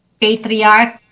patriarch